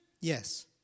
Yes